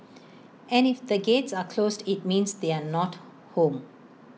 and if the gates are closed IT means they are not home